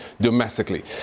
domestically